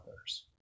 others